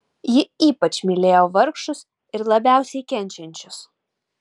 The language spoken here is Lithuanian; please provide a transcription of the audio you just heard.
ji ypač mylėjo vargšus ir labiausiai kenčiančius